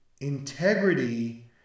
integrity